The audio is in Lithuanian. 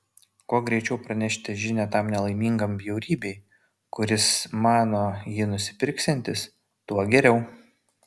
kuo greičiau pranešite žinią tam nelaimingam bjaurybei kuris mano jį nusipirksiantis tuo geriau